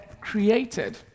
created